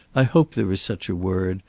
i hope there is such a word,